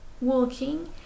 walking